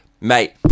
mate